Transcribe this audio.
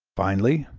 finally,